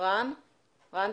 רן מלמד,